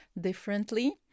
differently